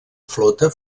flota